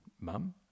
mum